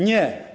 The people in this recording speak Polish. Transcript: Nie.